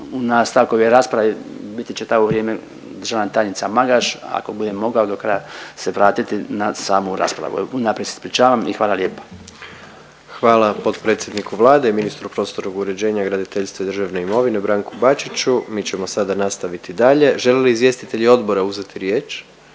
u nastavku ove rasprave biti će to vrijeme državna tajnica Magaš, ako budem mogao do kraja se vratiti na samu raspravu. Unaprijed se ispričavam i hvala lijepa. **Jandroković, Gordan (HDZ)** Hvala potpredsjedniku Vlade i ministru prostornog uređenja, graditeljstva i državne imovine Branku Bačiću. Mi ćemo sada nastaviti dalje. Žele li izvjestitelji odbora uzeti riječ?